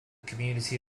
community